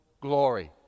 glory